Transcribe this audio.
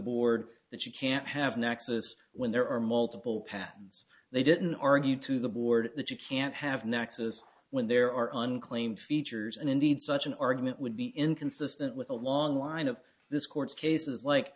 board that you can't have nexus when there are multiple patterns they didn't argue to the board that you can't have nexus when there are on claim features and indeed such an argument would be inconsistent with a long line of this court's cases like